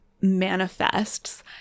manifests